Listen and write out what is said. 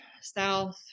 south